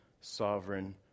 sovereign